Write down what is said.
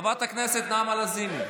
חברת הכנסת נעמה לזימי.